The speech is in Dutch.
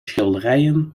schilderijen